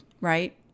right